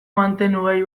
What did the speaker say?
mantenugai